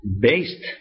based